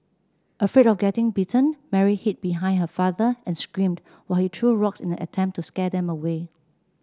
afraid of getting bitten Mary hid behind her father and screamed while he threw rocks in an attempt to scare them away